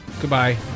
Goodbye